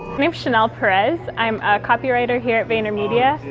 name's chanel perez. i'm a copywriter here at vaynermedia,